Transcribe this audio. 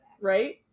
Right